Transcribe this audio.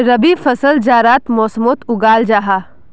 रबी फसल जाड़ार मौसमोट उगाल जाहा